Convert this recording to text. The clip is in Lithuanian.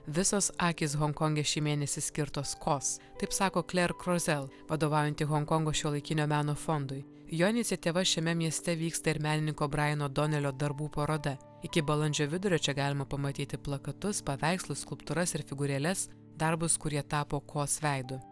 visos akys honkonge šį mėnesį skirtos kaws taip sako kler krozel vadovaujanti honkongo šiuolaikinio meno fondui jo iniciatyva šiame mieste vyksta ir menininko braino donelio darbų paroda iki balandžio vidurio čia galima pamatyti plakatus paveikslus skulptūras ir figūrėles darbus kurie tapo kaws veidu